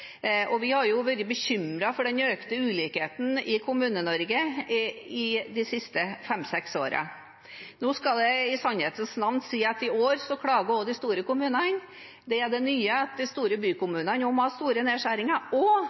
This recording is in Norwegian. og vi har jo vært bekymret for den økte ulikheten i Kommune-Norge i de siste fem–seks årene. Nå skal det i sannhetens navn sies at i år klager også de store kommunene. Det nye er at de store bykommunene nå må ha store nedskjæringer, og